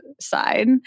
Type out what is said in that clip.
side